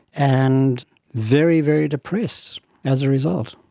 and very, very depressed as a result.